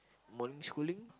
morning schooling